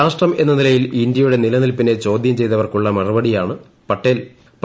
രാഷ്ട്രം എന്ന നിലയിൽ ഇന്ത്യയുടെ നിലനിൽപ്പിനെ ചോദ്യം ചെയ്തവർക്കുള്ള മറുപടിയാണ്പട്ടേൽ